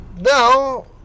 Now